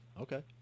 Okay